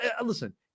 listen